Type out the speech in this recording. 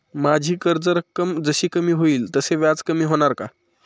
माझी कर्ज रक्कम जशी कमी होईल तसे व्याज कमी होणार का?